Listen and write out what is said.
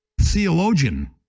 theologian